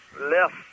left